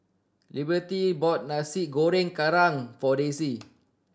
Liberty bought Nasi Goreng Kerang for Daisye